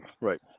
right